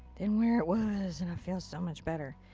than where it was, and i feel so much better.